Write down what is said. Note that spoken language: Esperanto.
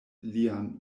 lian